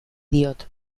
diot